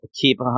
keep